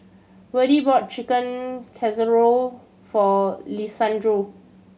Verdie bought Chicken Casserole for Lisandro